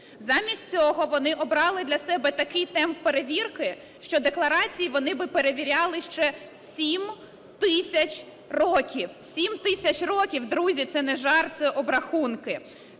Замість цього вони обрали для себе такий темп перевірки, що декларації вони б перевіряли ще 7 тисяч років. 7 тисяч років. Друзі, це не жарт, це обрахунки,